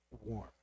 warm